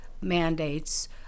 mandates